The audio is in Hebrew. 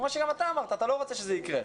כמו שגם אתה אמרת, אתה לא רוצה שזה יקרה.